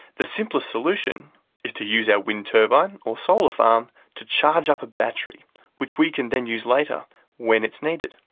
the simplest solution is to use our wind turbine or solar farm to charge up a battery which we can then use later when it's needed.